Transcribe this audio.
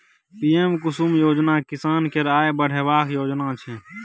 PM Kusum योजना किसान केर आय बढ़ेबाक योजना छै